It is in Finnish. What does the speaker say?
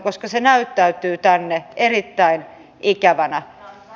koska se näyttäytyy tänne erittäin ikävänä